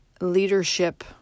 leadership